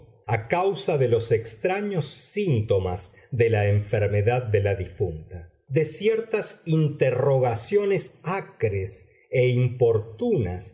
a causa de los extraños síntomas de la enfermedad de la difunta de ciertas interrogaciones acres e importunas